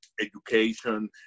education